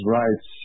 rights